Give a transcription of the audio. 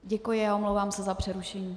Děkuji a omlouvám se za přerušení.